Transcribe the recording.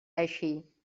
així